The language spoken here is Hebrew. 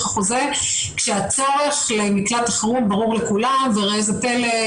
החוזה כשהצורך למקלט החירום ברור לכולם וראה זה פלא,